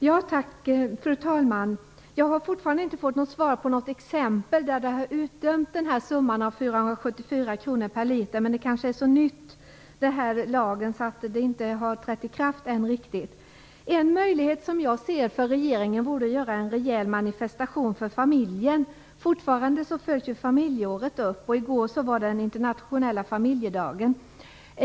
Fru talman! Jag har fortfarande inte fått något exempel på där man har utdömt en punktskatt på 474 kr per liter. Men det kanske är så nytt att lagen kanske inte riktigt hunnit verka. En möjlighet för regeringen, som jag ser det, är att göra en rejäl manifestation för familjen. Fortfarande följs familjeåret upp, och i går var den internationella familjedagen.